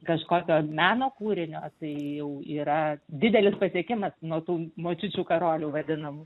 kažkokio meno kūrinio tai jau yra didelis pasiekimas nuo tų močiučių karolių vadinamų